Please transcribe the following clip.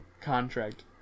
contract